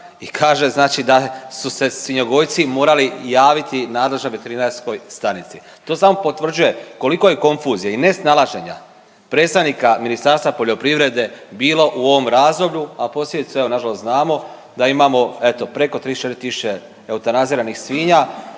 i kaže da su se svinjogojci morali javiti nadležnoj veterinarskoj stanici. To samo potvrđuje koliko je konfuzije i nesnalaženja predstavnika Ministarstva poljoprivrede bilo u ovom razdoblju, a posljedice evo nažalost znamo da imamo eto preko 34.000 eutanaziranih svinja